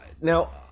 now